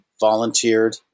volunteered